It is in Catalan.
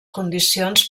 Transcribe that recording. condicions